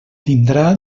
tindrà